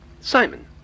Simon